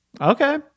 Okay